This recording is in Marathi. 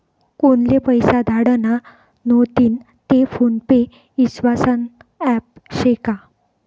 कोनले पैसा धाडना व्हतीन ते फोन पे ईस्वासनं ॲप शे का?